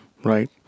Right